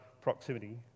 proximity